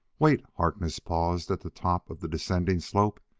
wait! harkness paused at the top of the descending slope.